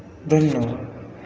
धन्यवाद